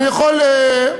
אני יכול לתת